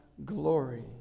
Glory